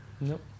Nope